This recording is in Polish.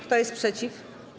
Kto jest przeciw?